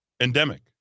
Endemic